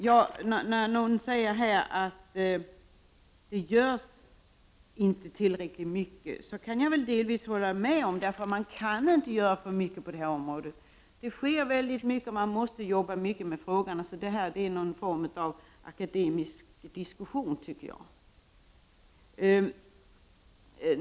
När någon säger att det inte görs tillräckligt mycket kan jag delvis hålla med om det. Man kan inte göra för mycket på detta område. Det sker oerhört mycket, och man måste arbeta intensivt med frågorna. Därför tycker jag att detta blir någon form av akademisk diskussion.